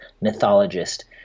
mythologist